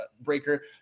Breaker